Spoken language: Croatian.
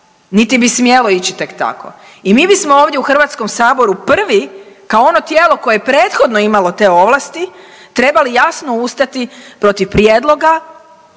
niti bi smjelo ići tek tako i mi bismo ovdje u Hrvatskom saboru prvi kao ono tijelo koje je prethodno imalo te ovlasti trebali jasno ustati protiv prijedloga